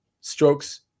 strokes